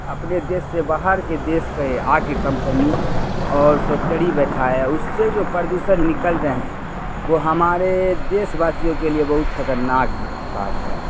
اپنے دیش سے باہر کے دیش کے آ کے کمپنی اور فیکٹڑی بٹھایا اس سے جو پردوشن نکل رہے ہیں وہ ہمارے دیش واسیوں کے لیے بہت خطرناک بات ہے